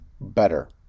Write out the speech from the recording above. better